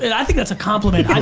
and i think that's a compliment.